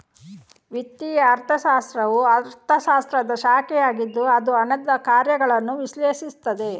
ವಿತ್ತೀಯ ಅರ್ಥಶಾಸ್ತ್ರವು ಅರ್ಥಶಾಸ್ತ್ರದ ಶಾಖೆಯಾಗಿದ್ದು ಅದು ಹಣದ ಕಾರ್ಯಗಳನ್ನು ವಿಶ್ಲೇಷಿಸುತ್ತದೆ